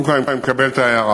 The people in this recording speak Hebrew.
קודם כול, אני מקבל את ההערה.